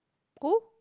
who